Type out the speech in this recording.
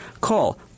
Call